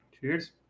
cheers